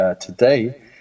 today